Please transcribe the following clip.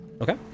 Okay